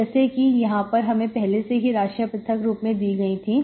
जैसे कि यहां पर हमें पहले से ही राशियां पृथक रूप में दी गई थी